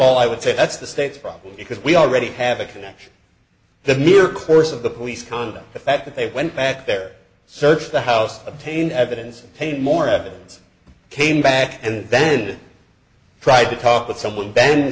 all i would say that's the state's problem because we already have a connection the mere curse of the police conduct the fact that they went back there searched the house obtain evidence paint more evidence came back and then tried to talk with someone ba